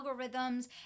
algorithms